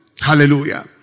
Hallelujah